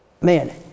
man